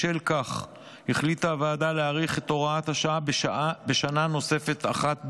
בשל כך החליטה הוועדה להאריך את הוראת השעה בשנה נוספת אחת בלבד,